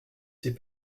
ses